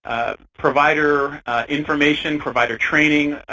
provider information, provider training.